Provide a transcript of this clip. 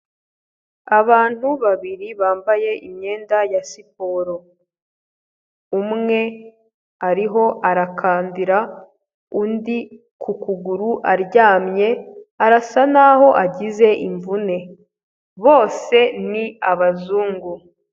Abantu babiri bambaye imyenda ya siporo. Umwe ariho arakandira undi ku kuguru aryamye arasa naho agize imvune, bose ni abazungu.